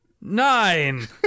nine